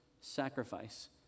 Sacrifice